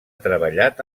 treballat